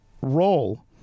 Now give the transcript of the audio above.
role